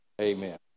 Amen